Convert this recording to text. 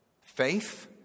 Faith